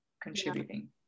contributing